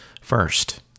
first